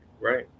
Right